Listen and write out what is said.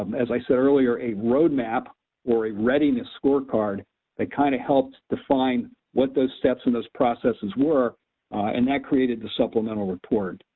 um as i said earlier, a roadmap or a readiness scorecard that kinda kind of helps define what those steps in those processes were and that created the supplemental report.